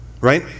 right